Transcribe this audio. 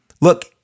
Look